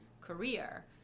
career